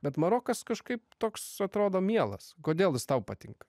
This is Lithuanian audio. bet marokas kažkaip toks atrodo mielas kodėl jis tau patinka